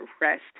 rest